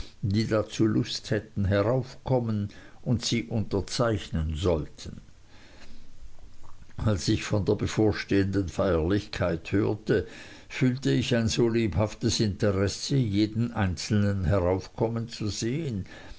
die dazu lust hätten heraufkommen und sich unterzeichnen sollten als ich von der bevorstehenden feierlichkeit hörte fühlte ich ein so lebhaftes interesse jeden einzelnen heraufkommen zu sehen